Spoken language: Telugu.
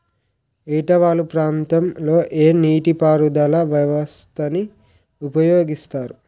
ఏట వాలు ప్రాంతం లొ ఏ నీటిపారుదల వ్యవస్థ ని ఉపయోగిస్తారు?